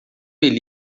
ele